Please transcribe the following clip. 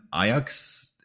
Ajax